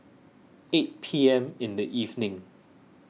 eight P M in the evening